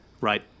Right